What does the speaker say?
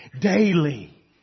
daily